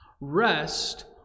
rest